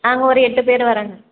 நாங்கள் ஒரு எட்டு பேர் வர்கிறோங்க